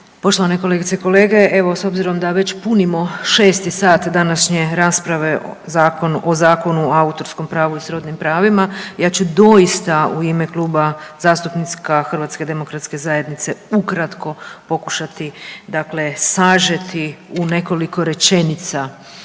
poštovane kolegice i kolege. Evo s obzirom da već punimo šesti sat današnje rasprave o Zakonu o autorskom pravu i srodnim pravima ja ću doista u ime Kluba zastupnika HDZ-a ukratko pokušati sažeti u nekoliko rečenica